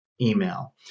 email